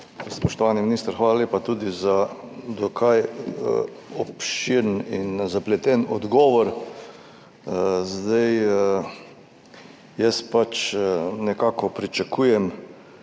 Spoštovani minister, hvala lepa tudi za dokaj obširen in zapleten odgovor. Nekako pričakujem,